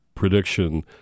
prediction